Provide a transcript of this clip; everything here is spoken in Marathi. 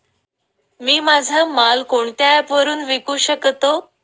मी माझा माल कोणत्या ॲप वरुन विकू शकतो?